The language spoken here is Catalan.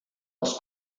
les